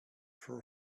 for